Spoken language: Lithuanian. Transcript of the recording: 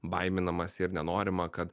baiminamasi ir nenorima kad